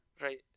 Right